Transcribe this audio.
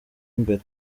imbere